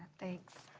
thanks.